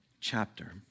chapter